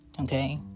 okay